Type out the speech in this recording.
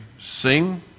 Sing